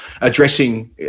addressing